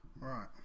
Right